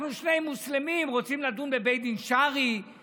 אנחנו שני מוסלמים רוצים לדון בבית דין שרעי,